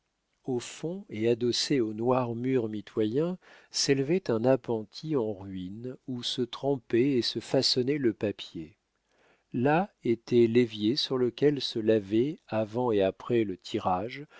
au fond et adossé au noir mur mitoyen s'élevait un appentis en ruine où se trempait et se façonnait le papier là étaient l'évier sur lequel se lavaient avant et après le tirage